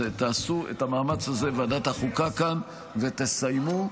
תעשו את המאמץ הזה, ועדת החוקה כאן, ותסיימו.